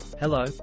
Hello